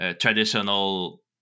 Traditional